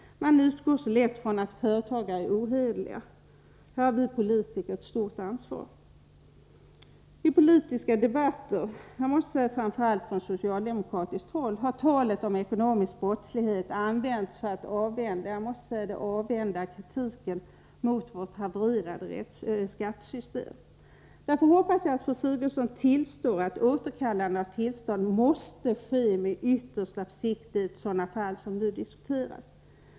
Man utgår så lätt från att företagare är ohederliga. Här har vi politiker ett stort ansvar. I politiska debatter har, framför allt från socialdemokratiskt håll, talet om ekonomisk brottslighet utnyttjats för att avvända kritiken mot vårt havererade skattesystem. Därför hoppas jag att fru Sigurdsen tillstår att återkallande av tillstånd måste ske med yttersta försiktighet i sådana fall som nu diskuteras.